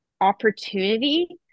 opportunity